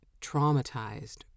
traumatized